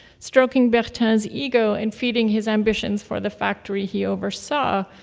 stroking bertin's ego and feeding his ambitions for the factory he oversaw,